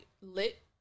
lit